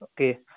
okay